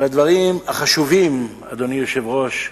הדברים החשובים, אדוני היושב-ראש,